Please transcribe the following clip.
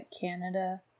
Canada